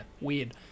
weird